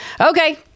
Okay